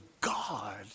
God